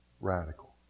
radical